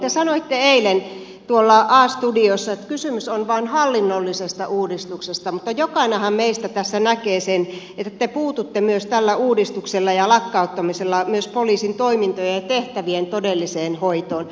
te sanoitte eilen tuolla a studiossa että kysymys on vain hallinnollisesta uudistuksesta mutta jokainenhan meistä tässä näkee sen että te puututte tällä uudistuksella ja lakkauttamisella myös poliisin toimintojen ja tehtävien todelliseen hoitoon